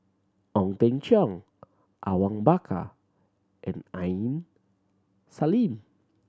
Ong Teng Cheong Awang Bakar and Aini Salim